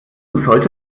sollte